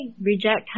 reject